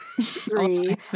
three